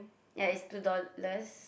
ya is two dollars